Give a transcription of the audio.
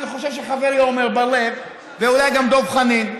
אני חושב שחברי עמר בר-לב ואולי גם דב חנין,